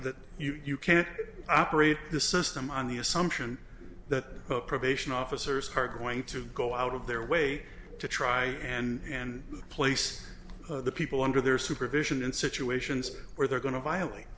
that you can't operate this system on the assumption that probation officers are going to go out of their way to try and place the people under their supervision in situations where they're going to violate